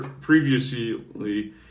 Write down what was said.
previously